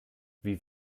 wie